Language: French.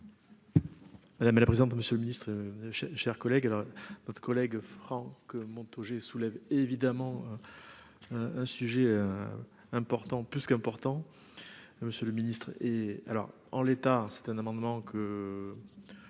Madame la présidente, monsieur le Ministre, chers collègues, alors notre collègue Franck Montaugé soulève évidemment un sujet important plus qu'important, Monsieur le Ministre et alors en l'état, c'est un amendement que